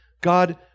God